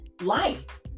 life